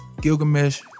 Gilgamesh